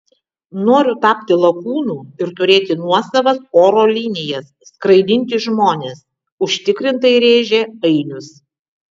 noriu tapti lakūnu ir turėti nuosavas oro linijas skraidinti žmones užtikrintai rėžė ainius